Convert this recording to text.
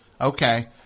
Okay